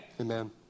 Amen